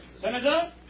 Senator